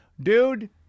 Dude